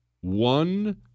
one